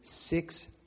six